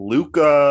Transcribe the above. Luca